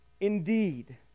indeed